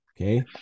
Okay